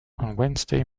wednesday